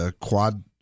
quad